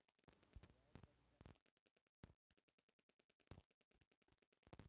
अवैध तरीका से निकाल लेवे के घटना अक्सर बैंक में होखत रहे